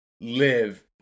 live